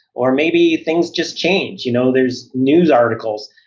or maybe things just change, you know there's news articles,